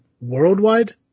worldwide